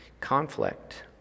conflict